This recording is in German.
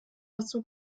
dazu